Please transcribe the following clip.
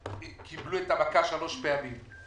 שקיבלו את המכה שלוש פעמים.